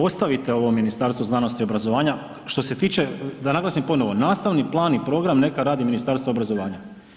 Ostavite ovo Ministarstvo znanosti i obrazovanja, što se tiče, da naglasim ponovo nastavni plan i program neka radi Ministarstvo obrazovanja.